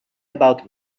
about